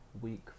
week